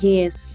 Yes